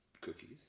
Cookies